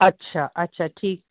अच्छा अच्छा ठीकु